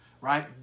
right